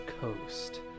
coast